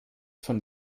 von